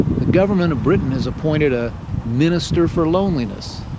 the government of britain has appointed a minister for loneliness.